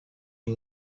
you